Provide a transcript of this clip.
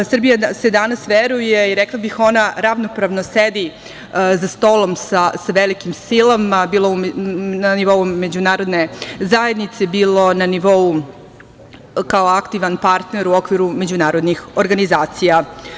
Srbiji se danas veruje i rekla bih da ona ravnopravno sedi za stolom sa velikim silama, bilo na nivou međunarodne zajednice, bilo kao aktivan partner u okviru međunarodnih organizacija.